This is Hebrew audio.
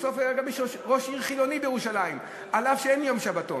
בסוף היה גם ראש עיר חילוני בירושלים אף-על-פי שאין יום שבתון.